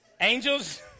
Angels